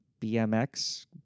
BMX